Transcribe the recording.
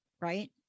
right